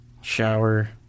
shower